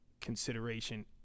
consideration